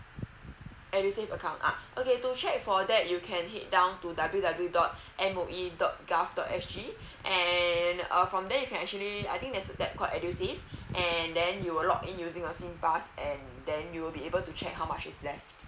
edusave account ah okay to check for that you can head down to w w w dot M_O_E dot G_O_V dot S_G and from there you can actually I think there's that caught edusave and then you will login using some pass and then you will be able to check how much is left